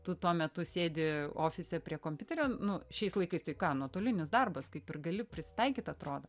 tu tuo metu sėdi ofise prie kompiuterio nu šiais laikais tai ką nuotolinis darbas kaip ir gali prisitaikyt atrodo